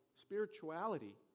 spirituality